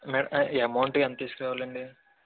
madam amount ఎంత తీసుకురావాలండి